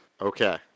Okay